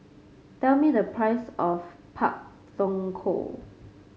tell me the price of Pak Thong Ko